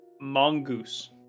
Mongoose